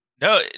No